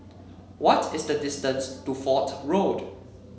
what is the distance to Fort Road